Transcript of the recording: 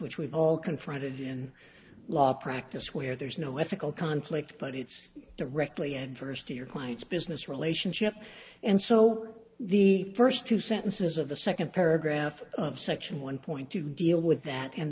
which we've all confronted in law practice where there's no ethical conflict but it's directly and first your client's business relationship and so the first two sentences of the second paragraph of section one point two deal with that and